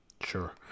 sure